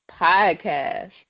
podcast